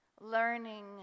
learning